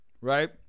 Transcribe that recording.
Right